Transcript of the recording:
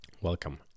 welcome